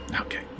Okay